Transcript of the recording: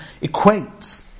equate